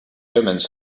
omens